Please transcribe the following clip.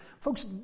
Folks